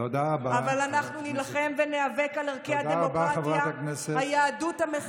תודה רבה, חברת הכנסת.